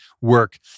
work